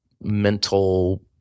mental